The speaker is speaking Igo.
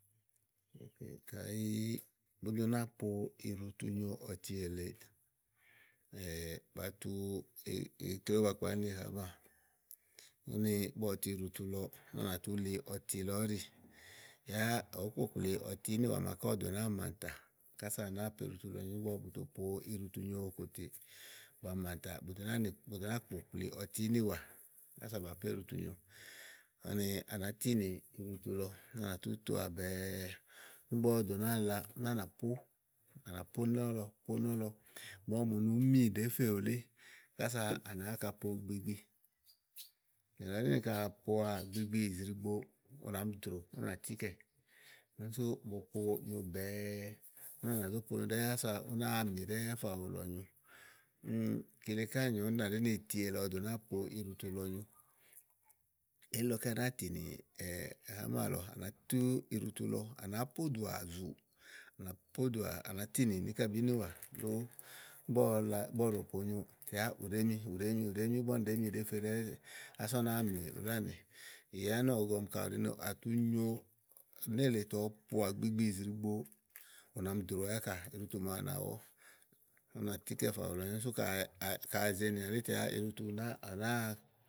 Kayiii òó do nàa po iɖutu nyo ɔti èleè, ba tu ikple ówó ba kpali ni hàámà. Úni ígbɔ ɔwɔ tu iɖutu lɔ úni à nà tú zú li ɔti ìɖì yáá òó kpòkpli ɔti ínìwà màa. Ɔwɔ dò nàá a mántà kása à náàa po iɖutu lɔ nyo ígbɔ bù tò po iɖu nyo kòtèè. Búá mántà ò ɖò nàáa kpòkpli ɔti ínìwà ása bà pò iɖutu nyo. Úni à nàá tinì iɖutu lɔ úni à natù toà bɛ̀ɛ ígbɔ ɔwɔ dò nàáa la uni à nà pó à nà pò nɔ̀lɔ màa ɔwɔ mù ni ùú mi ɖèé fè wùlé kása ànà àŋka po gbigbi. Nìlɔ ɖi ni kayi à áŋka po gbigbi go, ú nà mi drò ú nàtíkɛ̀ úni sú bòo ponyo bɛ̀ɛ. Úni à nà zó po ɖɛ́ɛ́ ása ú nàa mì ɖɛ́ɛ́ fà wu lɔ nyo úni kile ká nyóo ú nà ɖí ìti ele ɔwɔdò nàáa po iɖutu lɔ nyo. Elílɔké à nàáa tìni hàá mà lɔ à nà tù iɖutu lɔ, à nàáa pódùà zùù. À nà pódùà, à nàá tinì nì íkabi ínìwà ígbɔ ɔwɔ la ígbɔ ɔwɔ ɖòo ponyo, yá ù ɖèè mi ú ɖèé mi ù ɖèé mi ɖèé mi ígbɔ úni ɖèé mi ɖèéfe dɛ́ŋú ása ú nàa mí lánì ì yà nɔ owo go kàɖi ni à tu nyo nélèe tè ɔwɔ poà gbigbi ìzi ɖìigbo ú nà mi dròwɛ ákà iɖutu màa na wɔ ú nà tikɛ̀ fà wulɔ nyo úni sú kakayi è ze nìà elì tè yá à nàáa.